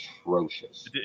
atrocious